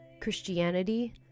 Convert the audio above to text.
Christianity